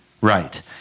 right